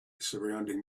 surrounding